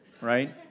Right